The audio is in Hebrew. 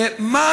אוטיסטים.